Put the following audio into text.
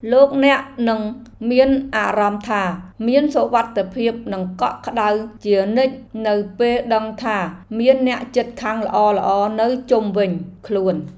លោកអ្នកនឹងមានអារម្មណ៍ថាមានសុវត្ថិភាពនិងកក់ក្តៅជានិច្ចនៅពេលដឹងថាមានអ្នកជិតខាងល្អៗនៅជុំវិញខ្លួន។